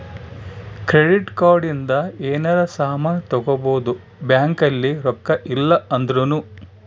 credit card ಇಂದ ಯೆನರ ಸಾಮನ್ ತಗೊಬೊದು ಬ್ಯಾಂಕ್ ಅಲ್ಲಿ ರೊಕ್ಕ ಇಲ್ಲ ಅಂದೃನು